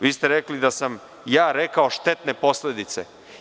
Vi ste rekli da sam ja rekao „štetne posledice“